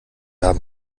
haben